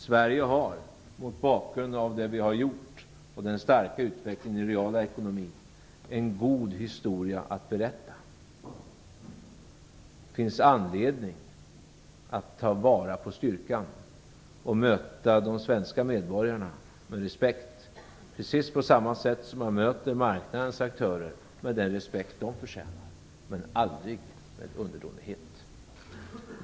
Sverige har mot bakgrund av vad vi har gjort och den starka utvecklingen i den reala ekonomin en god historia att berätta. Det finns anledning att ta vara på styrkan och möta de svenska medborgarna med respekt precis på samma sätt som man möter marknadens aktörer med den respekt de förtjänar - men aldrig med underdånighet.